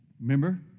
Remember